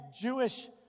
Jewish